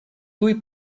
tuj